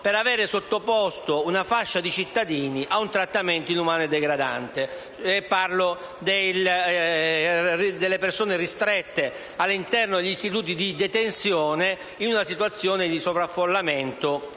per aver sottoposto una fascia di cittadini ad un trattamento inumano e degradante. Mi riferisco alle persone ristrette all'interno di istituti di detenzione in una situazione di sovraffollamento